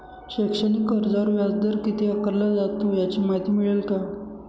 शैक्षणिक कर्जावर व्याजदर किती आकारला जातो? याची माहिती मिळेल का?